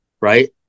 right